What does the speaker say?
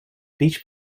beach